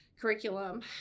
curriculum